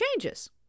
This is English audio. changes